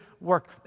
work